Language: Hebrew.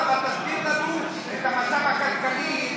תסביר לנו את המצב הכלכלי,